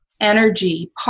energy